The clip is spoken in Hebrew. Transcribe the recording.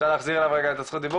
שעמית אמר יש ביקוש מאוד גדול,